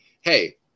hey